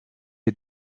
est